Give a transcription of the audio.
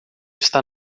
está